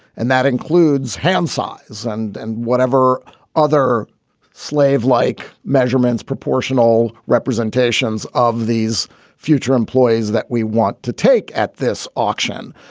and that includes hand size and and whatever other slave like measurements, proportional representations of these future employees that we want to take at this auction.